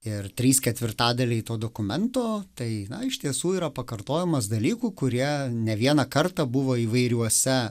ir trys ketvirtadaliai to dokumento tai iš tiesų yra pakartojimas dalykų kurie ne vieną kartą buvo įvairiuose